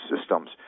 systems